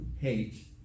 hate